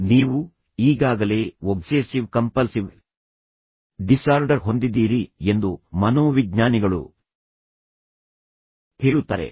ನೀವು ಈಗಾಗಲೇ obsessive compulsive disorder ಹೊಂದಿದ್ದೀರಿ ಎಂದು ಮನೋವಿಜ್ಞಾನಿಗಳು ಹೇಳುತ್ತಾರೆ